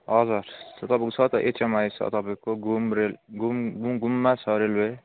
हजुर तपाईँको छ त एचएमआई छ तपाईँको घुम रेल घुम घुम घुममा छ रेलवे